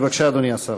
בבקשה, אדוני השר.